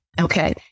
Okay